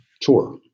tour